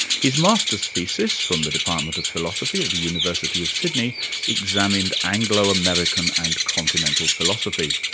his masters' thesis from the department of philosophy at the university of sydney examined anglo-american and continental philosophy.